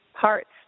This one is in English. parts